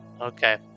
Okay